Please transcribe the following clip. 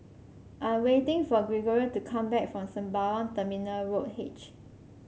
I am waiting for Gregorio to come back from Sembawang Terminal Road H